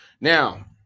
Now